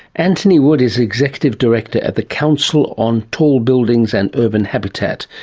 antony wood is executive director at the council on tall buildings and urban habitat.